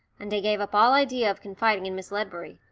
and i gave up all idea of confiding in miss ledbury,